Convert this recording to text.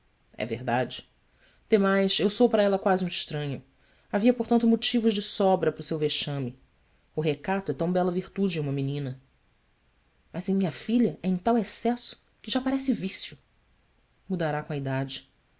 é verdade emais eu sou para ela quase um estranho havia portanto motivos de sobra para o seu vexame o recato é tão bela virtude em uma menina as em minha filha é em tal excesso que já parece vício udará com a idade